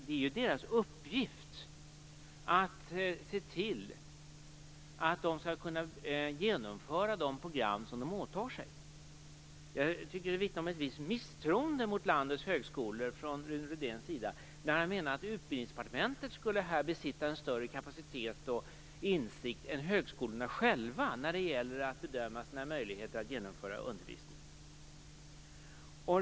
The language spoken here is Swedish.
Det är ju deras uppgift att se till att de kan genomföra de program som de åtar sig. Jag tycker att det vittnar om ett visst misstroende mot landets högskolor från Rune Rydéns sida när han menar att Utbildningsdepartementet här skulle besitta en större kapacitet och insikt än högskolorna själva när det gäller att bedöma dessas möjligheter att genomföra undervisningen.